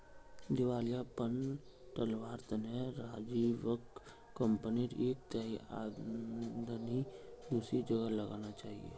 दिवालियापन टलवार तने राजीवक कंपनीर एक तिहाई आमदनी दूसरी जगह लगाना चाहिए